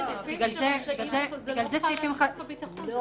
הוא מעביר את זה משיקולי ביטחון,